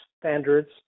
standards